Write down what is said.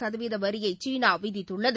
சதவீதவரியைசீனாவிதித்துள்ளது